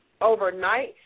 overnight